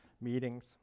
meetings